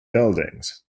buildings